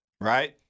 Right